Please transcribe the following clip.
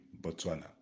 Botswana